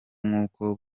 nk’uko